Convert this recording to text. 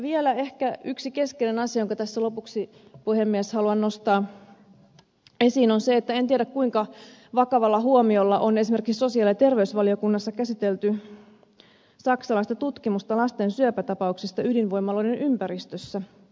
vielä ehkä yksi keskeinen asia jonka tässä lopuksi puhemies haluan nostaa esiin on se että en tiedä kuinka vakavalla huomiolla on esimerkiksi sosiaali ja terveysvaliokunnassa käsitelty saksalaista tutkimusta lasten syöpätapauksista ydinvoimaloiden ympäristössä